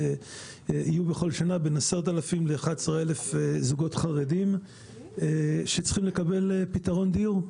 יהיו בכל שנה בין 10,000-11,000 זוגות חרדים שצריכים לקבל פתרון דיור.